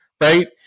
right